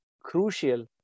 crucial